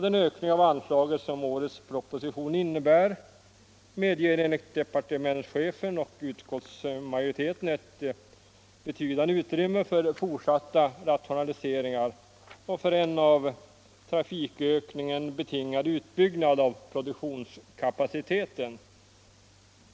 Den ökning av anslaget som årets proposition innebär medger enligt departementschefen och utskottsmajoriteten ett betydande utrymme för fortsatta rationaliseringar och för en av trafikökningen betingad utbyggnad av produktionskapaciteten.